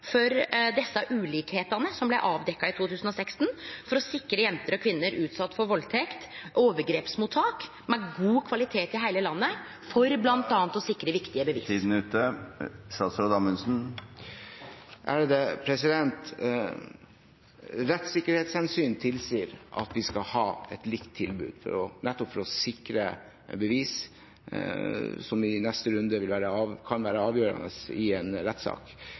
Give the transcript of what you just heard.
som blei avdekte i 2016, for å sikre jenter og kvinner som er utsette for valdtekt, overgrepsmottak med god kvalitet i heile landet for bl.a. å sikre viktige bevis. Rettssikkerhetshensyn tilsier at vi skal ha et likt tilbud nettopp for å sikre bevis, som i neste runde kan være avgjørende i en rettssak.